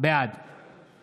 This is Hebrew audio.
בעד